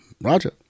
Roger